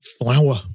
Flour